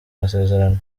masezerano